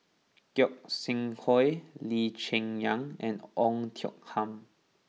Gog Sing Hooi Lee Cheng Yan and Oei Tiong Ham